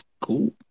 cool